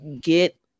get